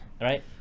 right